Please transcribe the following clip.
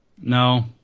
No